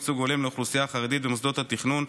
ייצוג הולם לאוכלוסייה החרדית במוסדות התכנון),